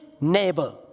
neighbor